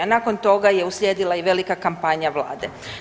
Nakon toga je uslijedila i velika kampanja Vlade.